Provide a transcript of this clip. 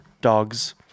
dogs